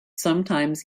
sometimes